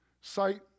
sight